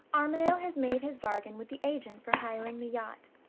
armadale has made his bargain with the agent for hiring the yacht.